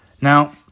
now